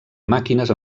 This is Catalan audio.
màquines